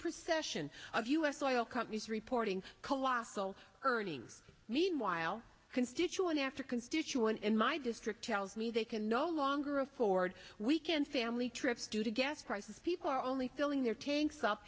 procession of u s oil companies reporting colossal earnings meanwhile constituent after constituent in my district tells me they can no longer afford weekend family trips due to gas prices people are only filling their tanks up